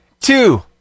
two